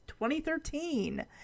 2013